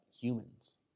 humans